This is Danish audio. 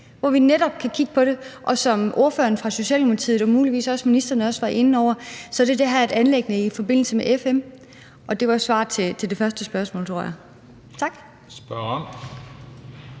hvor vi netop kan kigge på det. Og som ordføreren for Socialdemokratiet og muligvis også ministeren var inde på, er det her et anliggende i forbindelse med FN. Det var svar på det første spørgsmål, tror jeg. Tak.